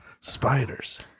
Spiders